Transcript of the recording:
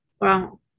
wow